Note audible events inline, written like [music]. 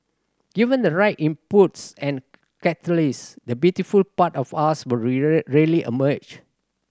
given the right impetus and catalyst the beautiful part of us [unintelligible] really emerge